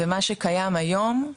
ומה שקיים היום,